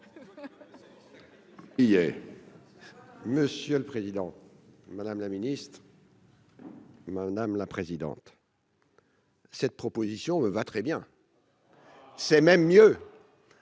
Monsieur le Président, Madame la Ministre. Madame la présidente. Cette proposition me va très bien. C'est même mieux.